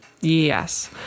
yes